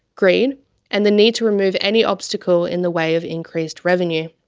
greed and the need to remove any obstacle in the way of increased revenue.